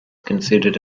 considered